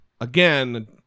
again